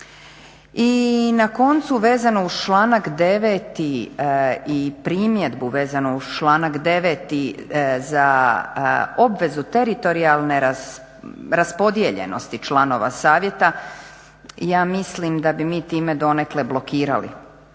I na koncu vezano uz članak 9. i primjedbu vezano uz članak 9., za obvezu teritorijalne raspodijeljenosti članova savjeta ja mislim da bi mi time donekle blokirali